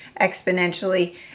exponentially